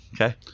Okay